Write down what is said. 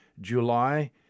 July